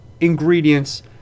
ingredients